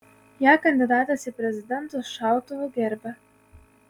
ją kandidatas į prezidentus šautuvu gerbia